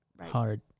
hard